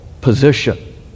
position